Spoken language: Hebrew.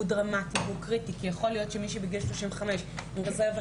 והוא דרמטי והוא קריטי כי יכול להיות שיש מישהי בגיל 35 עם רזרבה